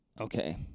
okay